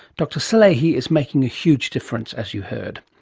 dr salehi is making a huge difference as you heard.